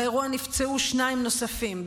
באירוע נפצעו שניים נוספים,